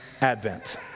Advent